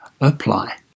apply